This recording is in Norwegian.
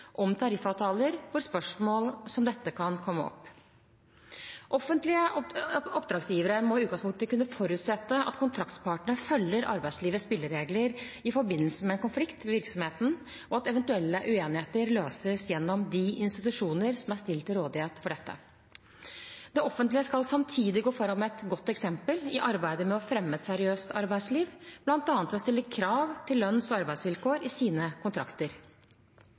om tariffavtaler, hvor spørsmål som dette kan komme opp. Offentlige oppdragsgivere må i utgangspunktet kunne forutsette at kontraktspartene følger arbeidslivets spilleregler i forbindelse med en konflikt ved virksomheten, og at eventuelle uenigheter løses gjennom de institusjoner som er stilt til rådighet for dette. Det offentlige skal samtidig gå foran med et godt eksempel i arbeidet med å fremme et seriøst arbeidsliv, bl.a. ved å stille krav til lønns- og arbeidsvilkår i sine kontrakter.